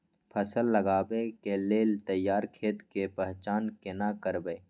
फसल लगबै के लेल तैयार खेत के पहचान केना करबै?